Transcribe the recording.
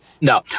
No